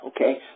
okay